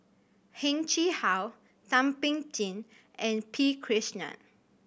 Heng Chee How Thum Ping Tjin and P Krishnan